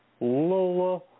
Lola